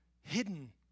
hidden